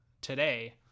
today